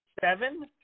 seven